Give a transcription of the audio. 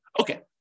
Okay